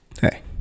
hey